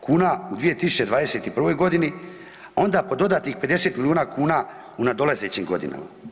kuna u 2021. g., onda po dodatnih 50 milijuna kuna u nadolazećim godinama.